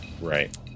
Right